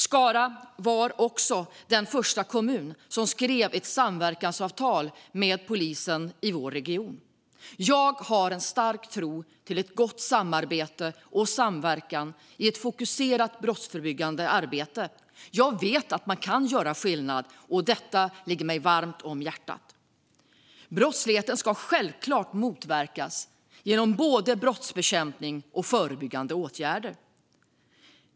Skara var också den första kommun som skrev ett samverkansavtal med polisen i sin region. Jag har en stark tro till ett gott samarbete och samverkan i ett fokuserat brottsförebyggande arbete. Jag vet att man kan göra skillnad, och detta ligger mig varmt om hjärtat. Brottsligheten ska självklart motverkas genom både brottsbekämpning och förebyggande åtgärder.